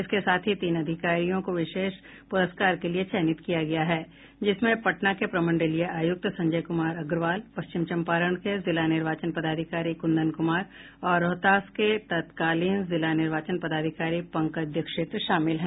इसके साथ ही तीन अधिकारियों को विशेष पुरस्कार के लिए चयनित किया गया है जिसमें पटना के प्रमंडलीय आयुक्त संजय कुमार अग्रवाल पश्चिमी चंपारण के जिला निर्वाचन पदाधिकारी कुंदन कुमार और रोहतास के तत्कालीन जिला निर्वाचन पदाधिकारी पंकज दीक्षित शामिल हैं